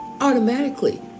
automatically